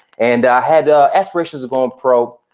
and i had aspirations of going pro.